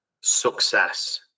success